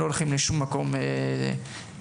אנחנו לא הולכים לשום מקום, סימון.